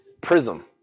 prism